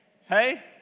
Hey